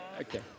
okay